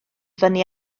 fyny